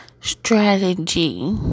strategy